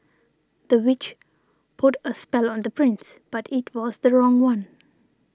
the witch put a spell on the prince but it was the wrong one